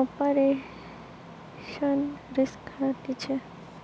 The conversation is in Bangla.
অপারেশনাল রিস্ক হতিছে